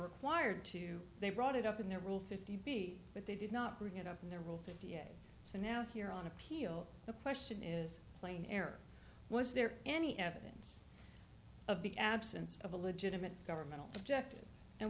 required to they brought it up in their rule fifty b but they did not bring it up in their rule fifty eight so now here on appeal the question is plain air was there any evidence of the absence of a legitimate government objective and